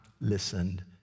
listened